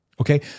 Okay